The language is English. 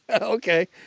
Okay